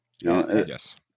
Yes